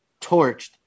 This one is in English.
torched